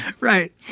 right